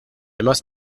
must